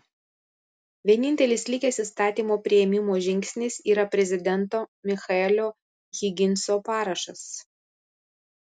vienintelis likęs įstatymo priėmimo žingsnis yra prezidento michaelo higginso parašas